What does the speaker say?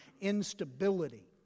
instability